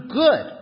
good